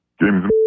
Game